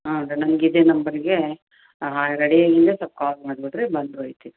ಹಾಂ ಅದು ನಂಗೆ ಇದೇ ನಂಬರಿಗೆ ರೆಡಿ ಆಗಿದ್ದರೆ ಸ್ವಲ್ಪ್ ಕಾಲ್ ಮಾಡ್ಬಿಡಿ ರೀ ಬಂದು ಒಯ್ತೀನಿ